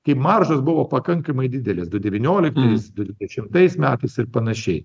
kai maržos buvo pakankamai didelės du devynioliktais du dešimtais metais ir panašiai